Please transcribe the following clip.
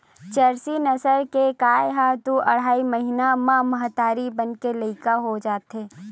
Jersey नसल के गाय ह दू अड़हई महिना म महतारी बने के लइक हो जाथे